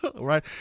Right